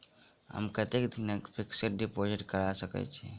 हम कतेक दिनक फिक्स्ड डिपोजिट करा सकैत छी?